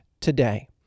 today